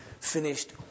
finished